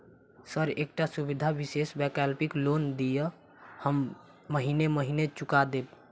Sir एकटा सुविधा विशेष वैकल्पिक लोन दिऽ हम महीने महीने चुका देब?